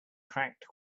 cracked